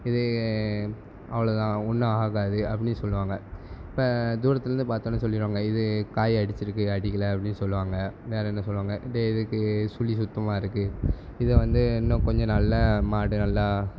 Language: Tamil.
இது அவ்வளோ தான் ஒன்றும் ஆகாது அப்படின்னு சொல்லுவாங்க இப்போ தூரத்தில் இருந்து பார்த்தோன்னே சொல்லிடுவாங்க இது காய் அடிச்சிருக்குது அடிக்கலை அப்படின்னு சொல்லுவாங்க வேற என்ன சொல்லுவாங்க இந்த இதுக்கு சுழி சுத்தமாக இருக்குது இத வந்து இன்னும் கொஞ்சம் நாள்ல மாடு நல்லா